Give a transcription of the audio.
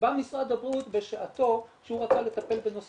בא משרד הבריאות בשעתו שהוא רצה לטפל בנושא